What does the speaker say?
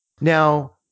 Now